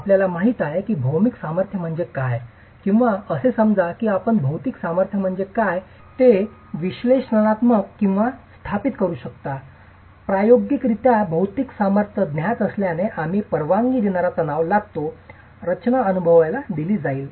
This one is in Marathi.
आम्हाला माहित आहे की भौतिक सामर्थ्य म्हणजे काय किंवा असे समजा की आपण भौतिक सामर्थ्य म्हणजे काय ते विश्लेषणात्मक किंवा स्थापित करू शकता प्रायोगिकरित्या भौतिक सामर्थ्य ज्ञात असल्याने आम्ही परवानगी देणारा तणाव लादतो रचना अनुभवायला दिली जाईल